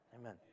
Amen